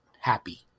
happy